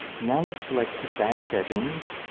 now let's select advanced settings.